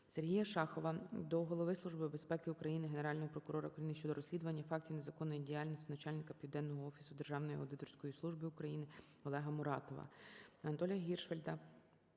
Сергія Шахова до Голови Служби безпеки України, Генерального прокурора України щодо розслідування фактів незаконної діяльності Начальника Південного офісу Державної аудиторської служби України Олега Муратова.